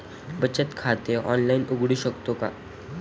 बचत खाते ऑनलाइन उघडू शकतो का?